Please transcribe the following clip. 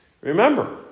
Remember